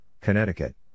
Connecticut